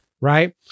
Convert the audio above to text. right